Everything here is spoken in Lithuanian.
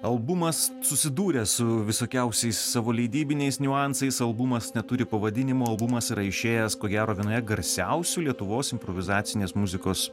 albumas susidūręs su visokiausiais savo leidybiniais niuansais albumas neturi pavadinimo albumas yra išėjęs ko gero vienoje garsiausių lietuvos improvizacinės muzikos